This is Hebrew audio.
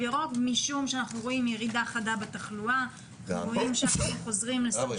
יש הבדלים מהותיים שאמורים כבר עכשיו להשפיע על ההתייחסות לאפשרות